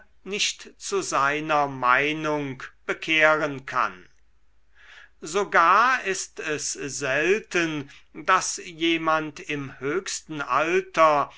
nicht zu seiner meinung bekehren kann sogar ist es selten daß jemand im höchsten alter